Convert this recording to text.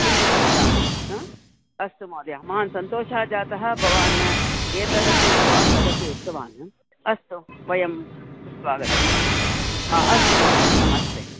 किम् इति वदामि हा अस्तु महोदय महान् सन्तोषः जातः भवान् एतदपि उक्तवान् तदपि उक्तवान् अस्तु वयं कृत्वा आगतं अस्तु महोदय नमस्ते